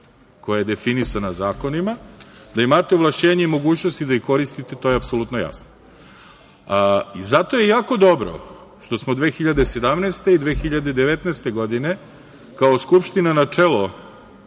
koja je definisana zakonima, da imate ovlašćenja i mogućnosti da ih koristite, to je apsolutno jasno. Zato je jako dobro što smo 2017. i 2019. godine, kao Skupština na čelo